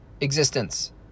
existence